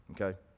okay